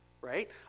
Right